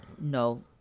no